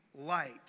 light